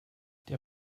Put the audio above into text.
der